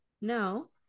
No